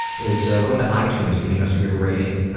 is going to itunes, giving us a good rating,